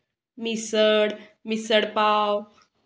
मिसळ मिसळ पाव